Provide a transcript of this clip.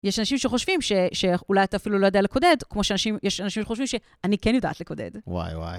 יש אנשים שחושבים שאולי אתה אפילו לא יודע לקודד, כמו שיש אנשים שחושבים שאני כן יודעת לקודד. וואי וואי.